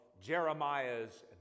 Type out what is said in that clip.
Jeremiah's